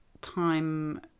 time